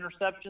interceptions